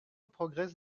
progresse